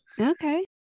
Okay